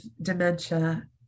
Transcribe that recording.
dementia